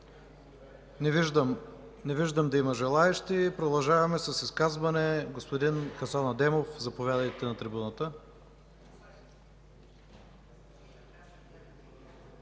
Не виждам да има желаещи. Продължаваме с изказване – господин Хасан Адемов, заповядайте на трибуната.